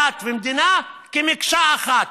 דת ומדינה כמקשה אחת.